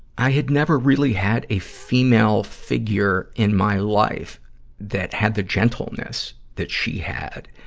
i had never really had a female figure in my life that had the gentleness that she had.